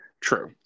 True